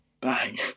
Bang